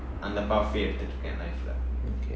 under pathway எடுத்துக்கிட்டு இருக்கேன்:eduthukittu iruken life